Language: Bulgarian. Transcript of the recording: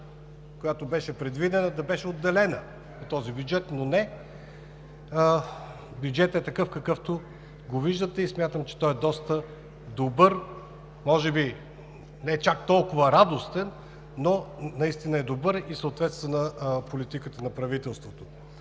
която беше предвидена, да е отделена от този бюджет, но – не. Бюджетът е такъв, какъвто го виждате и смятам, че той е доста добър, може би не чак толкова радостен, но наистина е добър и съответства на политиката на правителството.